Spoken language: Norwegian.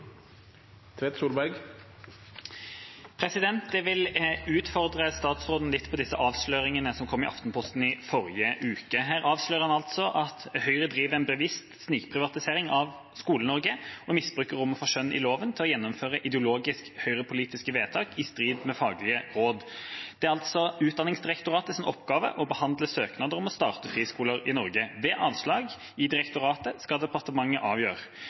Jeg vil utfordre statsråden litt på de avsløringene som kom i Aftenposten i forrige uke. Man avslørte at Høyre driver en bevisst snikprivatisering av Skole-Norge, og misbruker rommet for skjønn i loven til å gjennomføre ideologiske, høyrepolitiske vedtak i strid med faglige råd. Det er altså Utdanningsdirektoratets oppgave å behandle søknader om å starte friskoler i Norge. Ved avslag i direktoratet skal departementet avgjøre.